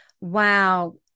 Wow